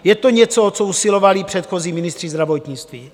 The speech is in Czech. Je to něco, o co usilovali předchozí ministři zdravotnictví.